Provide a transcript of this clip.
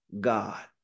God